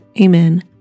Amen